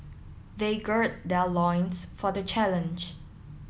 they gird their loins for the challenge